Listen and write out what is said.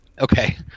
Okay